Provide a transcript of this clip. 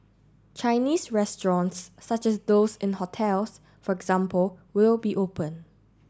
Chinese restaurants such as those in hotels for example will be open